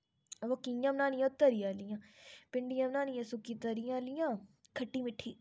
ते इस बेस कन्नै सारे भांडे चाहिदे होंदे ते